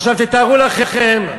עכשיו תתארו לכם, זה לא החוק.